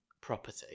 property